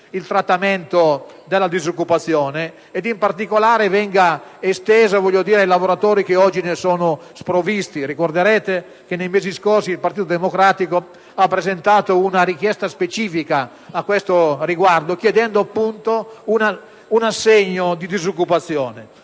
il trattamento di disoccupazione, e in particolare che venga esteso ai lavoratori che oggi ne sono sprovvisti. Ricorderete che nei mesi scorsi il Partito Democratico ha presentato una richiesta specifica a tale riguardo chiedendo un assegno di disoccupazione.